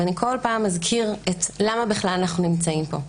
ובכל פעם אזכיר למה בכלל אנחנו נמצאים פה.